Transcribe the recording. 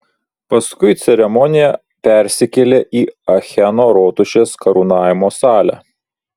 paskui ceremonija persikėlė į acheno rotušės karūnavimo salę